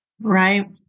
Right